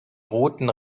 roten